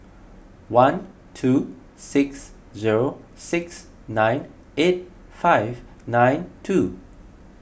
one two six zero six nine eight five nine two